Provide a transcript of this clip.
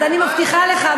אז אני מבטיחה לך,